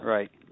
Right